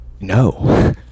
no